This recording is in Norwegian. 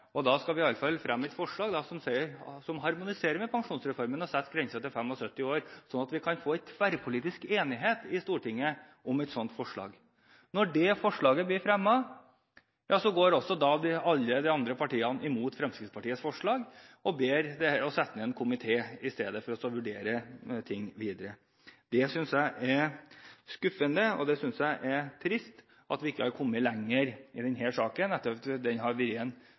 sagt. Da tenkte jeg – og Fremskrittspartiet – som så at vi skal være konstruktive og imøtekommende, og vi skal i alle fall fremme et forslag som harmoniserer med pensjonsreformen, og sette grensen til 75 år, sånn at vi kan få en tverrpolitisk enighet i Stortinget om et sånt forslag. Når det forslaget blir fremmet, går alle de andre partiene imot Fremskrittspartiets forslag og ber i stedet om at det settes ned en komité for å vurdere ting videre. Jeg synes det er skuffende, og jeg synes det er trist at vi ikke har kommet lenger i denne saken, etter en debatt som har pågått i